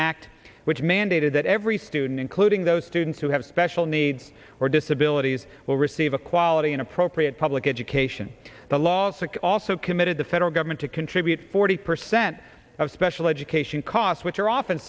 act which mandated that every student including those students who have special needs or disabilities will receive a quality in appropriate public education the laws that also committed the federal government to contribute forty percent of special education costs which are often